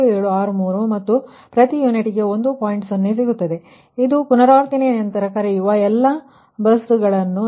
ಆದ್ದರಿಂದ ಇದು ನಿಮ್ಮ ಪುನರಾವರ್ತನೆಯ ನಂತರ ನೀವು ಎಲ್ಲಾ ಬಸ್ಸುಗಳನ್ನು ಪರಿಗಣಿಸುವಾಗ